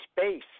space